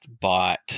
bought